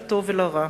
לטוב ולרע.